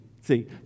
See